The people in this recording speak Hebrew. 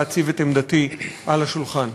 להציב את עמדתי על השולחן: